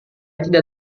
tidak